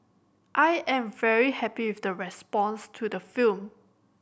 I am very happy with the response to the film